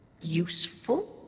useful